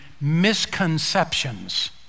misconceptions